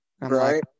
Right